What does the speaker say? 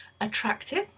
attractive